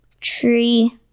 tree